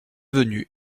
venue